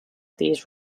these